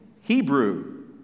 Hebrew